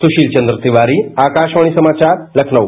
सुशील चंद्र तिवारी आकाशवाणी समाचार लखनऊ